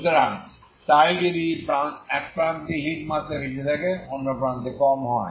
সুতরাং যদি এক প্রান্তে হিট মাত্রা বেশি থাকে এবং অন্য প্রান্তে কম হয়